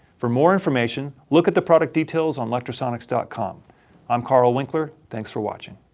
for more information. look at the product details on lectrosonics dot com i'm karl wnkler, thanks for watching!